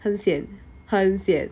很 sian 很 sian